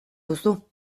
duzu